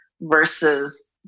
versus